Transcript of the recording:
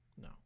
No